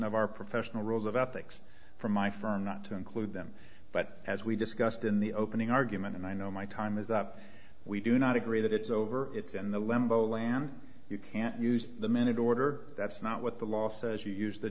of our professional rules of ethics for my firm not to include them but as we discussed in the opening argument and i know my time is up we do not agree that it's over it's in the limbo land you can't use the minute order that's not what the law says you use the